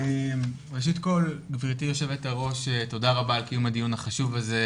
ראשית גברתי יושבת הראש תודה על קיום הדיון החשוב הזה,